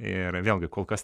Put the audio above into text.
ir vėlgi kol kas